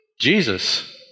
Jesus